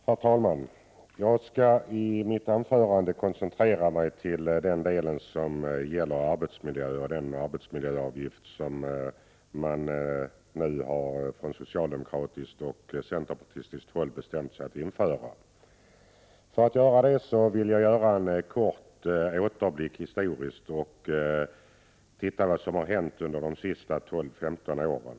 Herr talman! Jag skall i mitt anförande koncentrera mig på arbetsmiljön och den arbetsmiljöavgift som man nu från socialdemokratiskt och centerpartistiskt håll har bestämt sig för att införa. Jag skulle vilja göra en kort historisk återblick och titta på vad som har hänt under de senaste 12 till 15 åren.